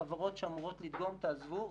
החברות שאמורות לדגום תעזבו,